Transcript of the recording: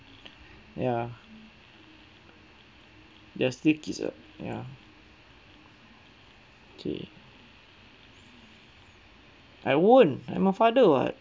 ya they are still kids [what] ya okay I won't I'm a father [what]